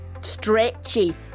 stretchy